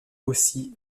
aussi